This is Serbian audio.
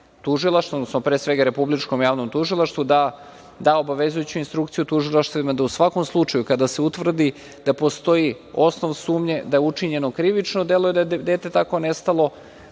tužilaštvo, odnosno pre svega Republičkom javnom tužilaštvu da da obavezujuću instrukciju tužilaštvima, da u svakom slučaju kada se utvrdi da postoji osnov sumnje da je učinjeno krivično delo, jer je dete tako nestalo,